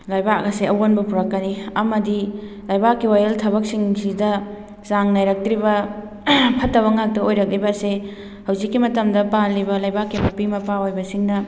ꯂꯩꯕꯥꯛ ꯑꯁꯦ ꯑꯌꯣꯟꯕ ꯄꯨꯔꯛꯀꯅꯤ ꯑꯃꯗꯤ ꯂꯩꯕꯥꯛꯀꯤ ꯋꯥꯌꯦꯜ ꯊꯕꯛꯁꯤꯡꯁꯤꯗ ꯆꯥꯡ ꯅꯥꯏꯔꯛꯇ꯭ꯔꯤꯕ ꯐꯠꯇꯕ ꯉꯥꯛꯇ ꯑꯣꯏꯔꯛꯂꯤꯕ ꯑꯁꯦ ꯍꯧꯖꯤꯛꯀꯤ ꯝꯇꯝꯗ ꯄꯥꯜꯂꯤꯕ ꯂꯩꯕꯥꯛꯀꯤ ꯃꯄꯤ ꯃꯄꯥ ꯑꯣꯏꯕꯁꯤꯡꯅ